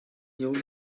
由于